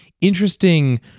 interesting